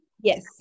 Yes